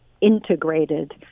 Integrated